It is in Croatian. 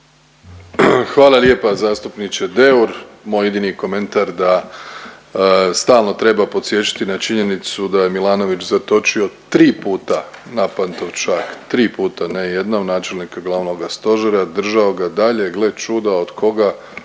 Hvala lijepa zastupniče Deur. Moj jedini komentar da stalno treba podsjećati na činjenicu da je Milanović zatočio tri puta na Pantovčak, tri puta ne jednom, načelnika glavnoga stožera, držao ga dalje gle čuda od koga,